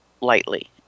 lightly